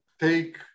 take